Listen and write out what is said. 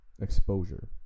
exposure